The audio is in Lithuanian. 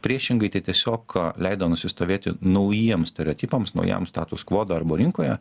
priešingai tai tiesiog leido nusistovėti naujiems stereotipams naujam status quo darbo rinkoje